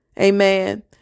Amen